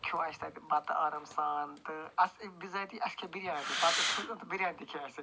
کھیٛو اسہِ تَتہِ بَتہٕ آرام سان تہٕ اَصلی بِذٲتی اسہِ کھییہِ بِریانی بِریانی تہِ کھییہِ اسہِ